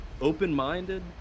open-minded